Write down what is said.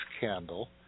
candle